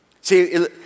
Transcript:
See